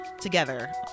together